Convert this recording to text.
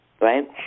right